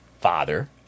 father